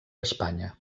espanya